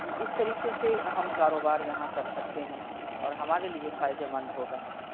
اس طریقے سے ہم کاروبار یہاں کر سکتے ہیں اور ہمارے لیے فائدہ مند ہوگا